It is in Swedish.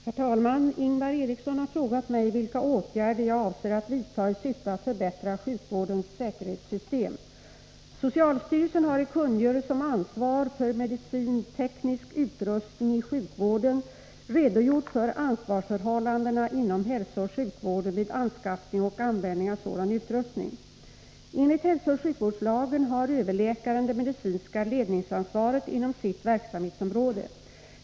Herr talman! Ingvar Eriksson har frågat mig vilka åtgärder jag avser att vidta i syfte att förbättra sjukvårdens säkerhetssystem. Enligt hälsooch sjukvårdslagen har överläkaren det medicinska ledningsansvaret inom sitt verksamhetsområde.